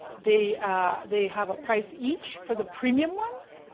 they they have a price each for the premium ones.